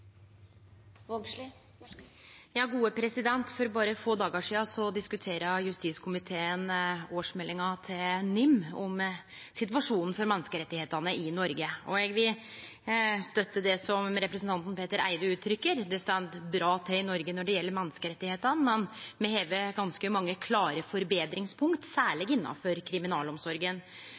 For berre få dagar sidan diskuterte justiskomiteen årsmeldinga til NIM, Norges institusjon for menneskerettigheter, om situasjonen for menneskerettane i Noreg. Eg vil støtte det som representanten Petter Eide uttrykkjer: Det står bra til i Noreg når det gjeld menneskerettane, men me har ganske mange klare forbetringspunkt, særleg innanfor kriminalomsorga.